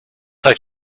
like